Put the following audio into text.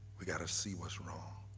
we gotta see what's wrong.